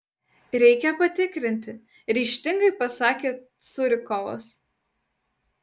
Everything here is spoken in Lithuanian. reikia patikrinti ryžtingai pasakė curikovas